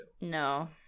No